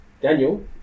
Daniel